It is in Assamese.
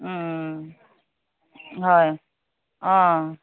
ওম হয় অ